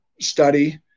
study